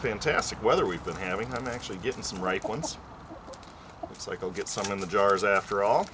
fantastic weather we've been having i'm actually given some right once it's like i'll get some in the jars after all